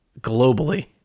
globally